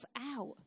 out